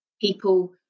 people